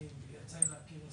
יצא לי להכיר את